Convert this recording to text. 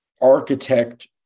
architect